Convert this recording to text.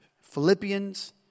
Philippians